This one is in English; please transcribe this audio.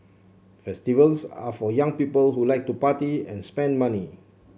festivals are for young people who like to party and spend money